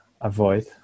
avoid